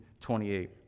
28